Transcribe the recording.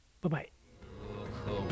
Bye-bye